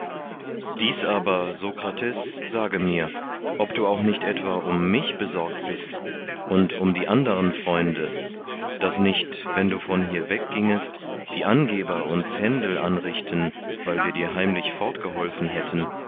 dies aber sokrates sage mir ob du auch nicht etwa um mich besorgt bist und um die anderen freunde daß nicht wenn du von hier weggingest die angeber uns händel anrichten weil wir dir heimlich fortgeholfen hätten